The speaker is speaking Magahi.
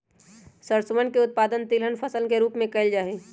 सरसोवन के उत्पादन तिलहन फसल के रूप में कइल जाहई